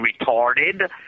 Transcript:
retarded